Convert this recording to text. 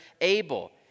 Abel